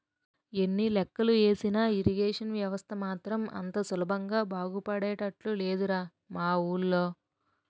ఎన్ని లెక్కలు ఏసినా ఇరిగేషన్ వ్యవస్థ మాత్రం అంత సులభంగా బాగుపడేటట్లు లేదురా మా వూళ్ళో